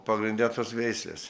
pagrinde tos veislės